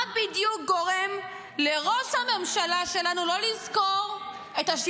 מה בדיוק גורם לראש הממשלה שלנו לא לזכור את 7